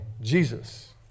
Jesus